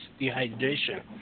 dehydration